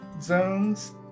zones